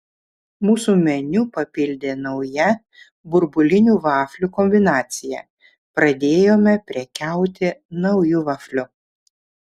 mūsų meniu papildė nauja burbulinių vaflių kombinacija pradėjome prekiauti nauju vafliu